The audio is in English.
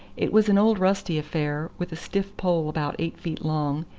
it was an old rusty affair, with a stiff pole about eight feet long,